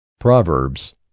PROVERBS